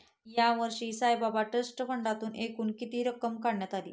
यावर्षी साईबाबा ट्रस्ट फंडातून एकूण किती रक्कम काढण्यात आली?